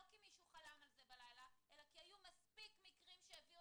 כי מישהו חלם על זה בלילה אלא כי היו מספיק מקרים שהביאו